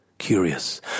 Curious